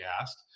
asked